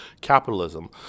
capitalism